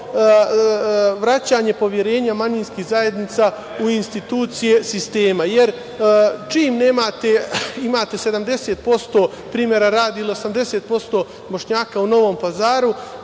vraćanje poverenja manjinskih zajednica u institucije sistema, jer čim imate 70%, primera radi, ili 80% Bošnjaka u Novom Pazaru